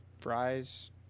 fries